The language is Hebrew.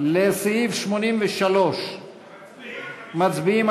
סעיף 83. מצביעים.